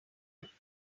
teamed